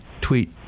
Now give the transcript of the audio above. tweet